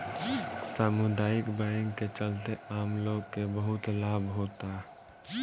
सामुदायिक बैंक के चलते आम लोग के बहुत लाभ होता